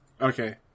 Okay